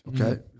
okay